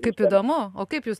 kaip įdomu o kaip jūs